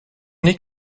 n’est